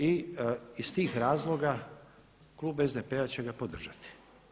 I iz tih razloga klub SDP-a će ga podržati.